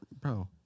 Bro